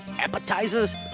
Appetizers